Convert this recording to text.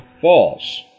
false